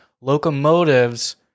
locomotives—